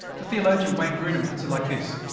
the theologian wayne grudem puts it like this